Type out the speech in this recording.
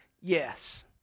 yes